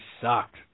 sucked